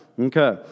okay